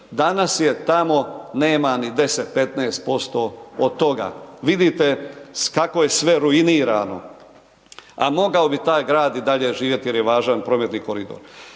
Danas je tamo, nema ni 10, 15% od toga. Vidite kako je sve ruinirano. A mogao bi taj grad i dalje živjeti jer je važan prometni koridor.